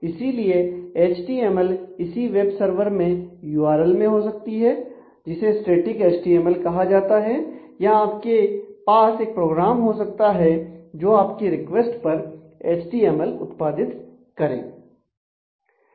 इसीलिए एचटीएमएल इसी web server में यूआरएल में हो सकती है जिसे स्टैटिक एचटीएमएल कहा जाता है या आपके पास एक प्रोग्राम हो सकता है जो आपकी रिक्वेस्ट पर एचटीएमएल उत्पादित करें